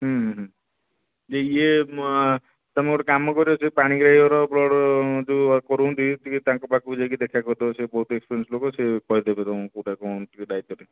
ଇଏ ତୁମେ ଗୋଟେ କାମ କର ସେ ପାଣିଗ୍ରାହୀ ଘର ବ୍ଲଡ଼୍ ଯେଉଁ କରନ୍ତି ଟିକିଏ ତାଙ୍କ ପାଖକୁ ଯାଇକି ଦେଖା କରିଦେବ ସେ ବହୁତ୍ ଏକ୍ସପେରିଏନ୍ସ ଲୋକ ସେ କହି ଦେବେ ତୁମକୁ କେଉଁଟା କ'ଣ ଟିକିଏ ଦାୟିତ୍ଵରେ